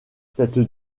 cette